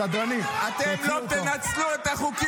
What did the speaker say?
סדרנים, תוציאו אותו.